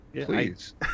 Please